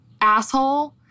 asshole